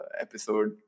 episode